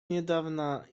niedawna